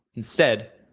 instead,